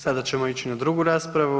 Sada ćemo ići na drugu raspravu.